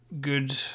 good